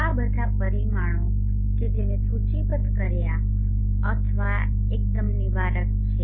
આ બધા પરિમાણો કે જે મેં સૂચિબદ્ધ કર્યા છે અથવા એકદમ નિવારક છે